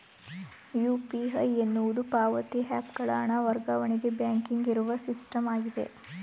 UPI ಎನ್ನುವುದು ಪಾವತಿ app ಗಳ ಹಣ ವರ್ಗಾವಣೆಗೆ ಬ್ಯಾಂಕಿಂಗ್ ಇರುವ ಸಿಸ್ಟಮ್ ಆಗಿದೆ